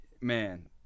Man